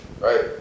right